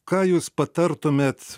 ką jūs patartumėt